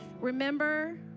Remember